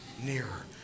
nearer